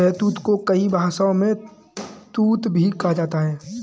शहतूत को कई भाषाओं में तूत भी कहा जाता है